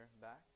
back